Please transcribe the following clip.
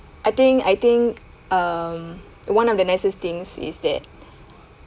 I think I think um one of the nicest things is that